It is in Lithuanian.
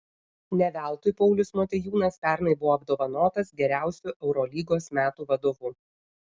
ne veltui paulius motiejūnas pernai buvo apdovanotas geriausiu eurolygos metų vadovu